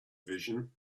vision